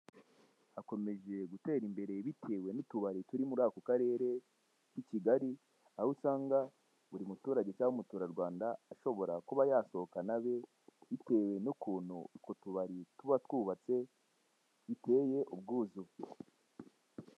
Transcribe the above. Hakomeje gutera ibere bitewe n'utubari tuba turi muri ako karere, i Kigali aho usanga buri muturage cyangwa buri mutura Rwanda ashobora kuba yasohokana abe bitewe n'ukuntu utwo tubari tuba twubatse biteye ubwuzu.